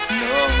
no